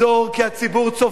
כי הציבור צופה,